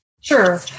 Sure